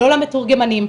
לא למתורגמנים.